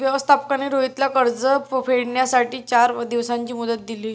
व्यवस्थापकाने रोहितला कर्ज फेडण्यासाठी चार दिवसांची मुदत दिली